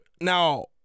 Now